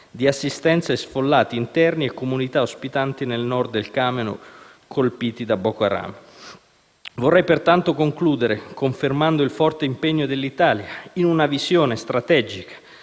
di assistenza a sfollati interni e comunità ospitanti nel Nord del Camerun colpiti da Boko Haram. Vorrei pertanto concludere confermando il forte impegno dell'Italia in una visione strategica